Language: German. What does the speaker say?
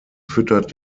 füttert